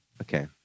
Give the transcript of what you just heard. Okay